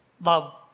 love